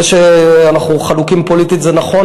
זה שאנחנו חלוקים פוליטית זה נכון,